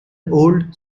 old